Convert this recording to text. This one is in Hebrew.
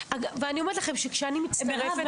ואני אומרת לכם שכשאני מצטרפת אני אומרת.